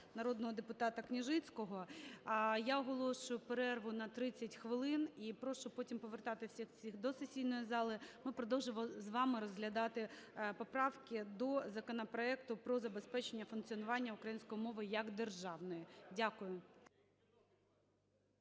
народного депутата Княжицького. Я оголошую перерву на 30 хвилин. І прошу потім повертатися всіх до сесійної зали, ми продовжимо з вами розглядати поправки до законопроекту про забезпечення функціонування української мови як державної. Дякую.